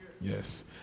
Yes